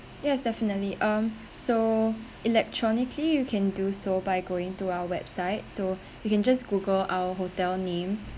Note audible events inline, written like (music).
yes definitely um so electronically you can do so by going to our website so (breath) you can just google our hotel name